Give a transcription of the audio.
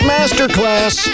Masterclass